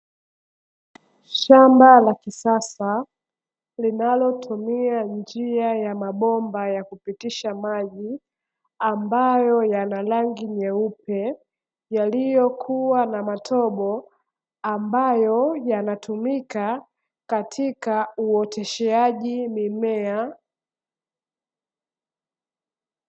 Shamba la kisasa linalotumia njia ya mabomba ya kupitisha maji, ambayo yana rangi nyeupe yaliyokuwa na matobo, ambayo yanatumika katika huoteshaji mimea.